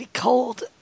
cold